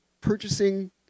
purchasing